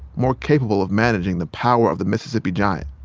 more capable of managing the power of the mississippi giant,